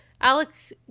Alex